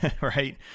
right